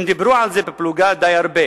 הם דיברו על זה בפלוגה די הרבה,